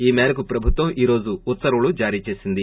ఈ మేరకు ప్రభుత్వం ఈ రోజు ఉత్తర్వులు జారీ చేసింది